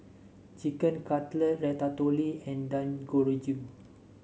Chicken Cutlet Ratatouille and Dangojiru